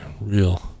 Real